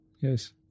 yes